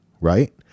Right